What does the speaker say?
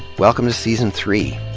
welcome to season three.